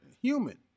human